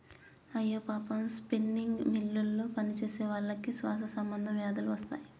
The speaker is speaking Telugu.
అయ్యో పాపం స్పిన్నింగ్ మిల్లులో పనిచేసేవాళ్ళకి శ్వాస సంబంధ వ్యాధులు వస్తాయి